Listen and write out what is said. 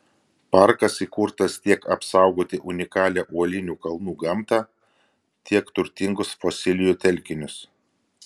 parkas įkurtas tiek apsaugoti unikalią uolinių kalnų gamtą tiek turtingus fosilijų telkinius